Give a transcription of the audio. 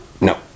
No